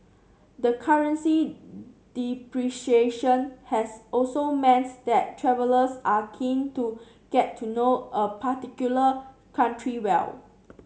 the currency depreciation has also means that travellers are keen to get to know a particular country well